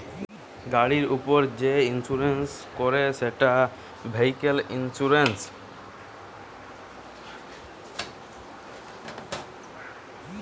গাড়ির উপর যে ইন্সুরেন্স করে সেটা ভেহিক্যাল ইন্সুরেন্স